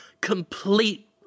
complete